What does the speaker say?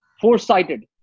Foresighted